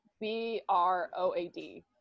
B-R-O-A-D